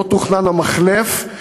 לא תוכנן המחלף,